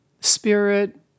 spirit